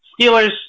Steelers